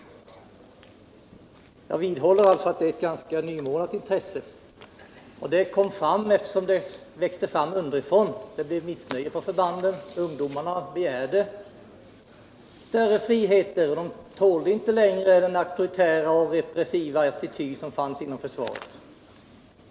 Detta intresse kom fram eftersom det trycktes på underifrån. Det blev missnöje på förbanden. Ungdomen begärde större frihet och tålde inte den auktoritära och repressiva attityd som fanns inom försvaret.